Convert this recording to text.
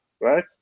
right